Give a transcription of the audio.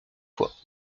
fois